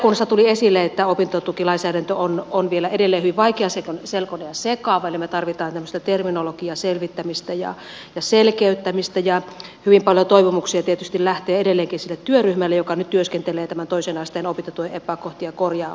valiokunnassa tuli esille että opintotukilainsäädäntö on vielä edelleen hyvin vaikeaselkoinen ja sekava eli me tarvitsemme terminologian selvittämistä ja selkeyttämistä ja hyvin paljon toivomuksia tietysti lähtee edelleenkin sille työryhmälle joka nyt työskentelee tämän toisen asteen opintotuen epäkohtia korjaavasti